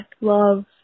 love